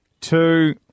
two